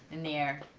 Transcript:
in the area,